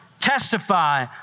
testify